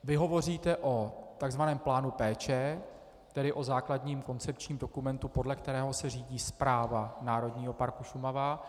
Vy hovoříte o tzv. plánu péče, tedy o základním koncepčním dokumentu, podle kterého se řídí správa Národního parku Šumava.